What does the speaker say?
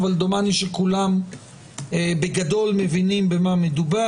אבל דומני שכולם בגדול מבינים במה מדובר.